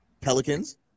Pelicans